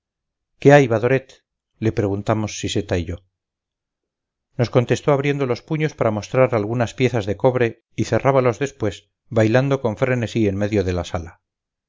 qué hay badoret le preguntamos siseta y yo nos contestó abriendo los puños para mostrar algunas piezas de cobre y cerrábalos después bailando con frenesí en medio de la sala